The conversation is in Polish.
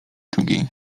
drugiej